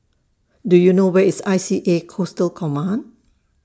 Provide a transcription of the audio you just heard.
Do YOU know Where IS I C A Coastal Command